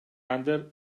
under